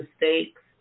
mistakes